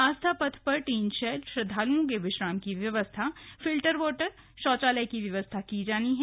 आस्था पथ पर टिनशैड श्रद्वालुओं के विश्राम की व्यवस्था फिल्टर यॉटर शौचालय की व्यवस्था की जानी है